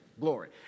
Glory